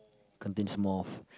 contains more